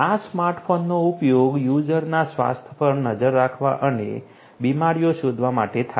આ સ્માર્ટફોનનો ઉપયોગ યુઝર્સના સ્વાસ્થ્ય પર નજર રાખવા અને બીમારીઓ શોધવા માટે થાય છે